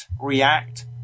react